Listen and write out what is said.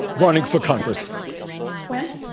running for congress when?